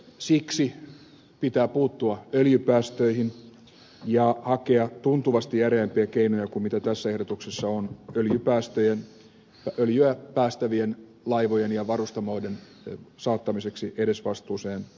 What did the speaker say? siksi pitää puuttua öljypäästöihin ja hakea tuntuvasti järeämpiä keinoja kuin mitä tässä ehdotuksessa on öljyä päästävien laivojen ja varustamoiden saattamiseksi edesvastuuseen teoistaan